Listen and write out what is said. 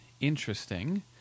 interesting